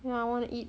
yeah I wanna eat